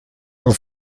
ele